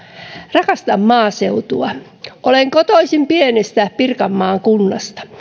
rakastan maaseutua olen kotoisin pienestä pirkanmaan kunnasta